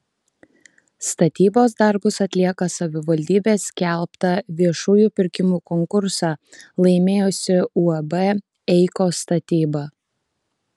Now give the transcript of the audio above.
statybos darbus atlieka savivaldybės skelbtą viešųjų pirkimų konkursą laimėjusi uab eikos statyba